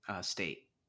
state